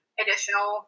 additional